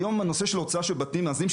היום הנושא של הוצאה של בתים מאזנים,